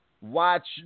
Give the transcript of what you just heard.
watch